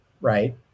right